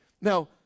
Now